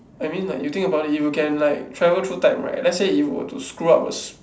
I mean like you think about it you can like travel through time right let's say you were to screw up a s~